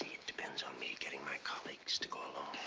depends on me getting my colleagues to go along.